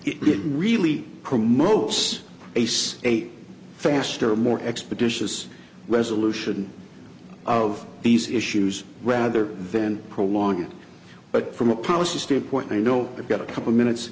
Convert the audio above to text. it really promotes ace eight faster more expeditious resolution of these issues rather than prolong it but from a policy standpoint i know i've got a couple minutes